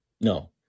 no